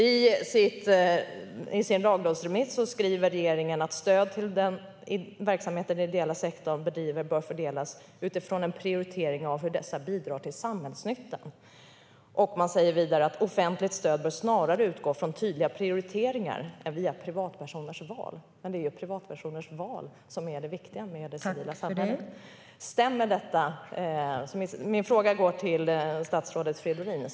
I sin lagrådsremiss skriver regeringen att stöd till den verksamhet den ideella sektorn bedriver bör fördelas utifrån en prioritering av hur denna bidrar till samhällsnyttan. Man säger vidare att offentligt stöd snarare bör utgå från tydliga prioriteringar än via privatpersoners val. Men det är ju privatpersoners val som är det viktiga med det civila samhället! Min fråga går till statsrådet Fridolin.